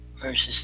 versus